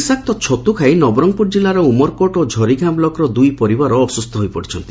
ବିଷାକ୍ତ ଛତୁ ଖାଇ ନବରଙ୍ଙପୁର ଜିଲ୍ଲାର ଉମରକୋଟ୍ ଓ ଝରି ଗାଁ ବ୍ଲକ୍ର ଦୁଇ ପରିବାର ଅସୁସ୍ଥ ହୋଇପଡ଼ିଛନ୍ତି